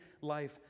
life